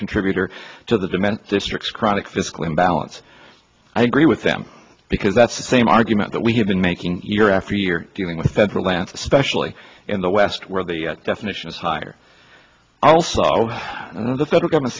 contributor to the dement district's chronic fiscal imbalance i agree with them because that's the same argument that we have been making year after year dealing with federal lands especially in the west where the definition of higher also the federal government